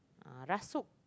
uh rasuk